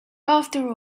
after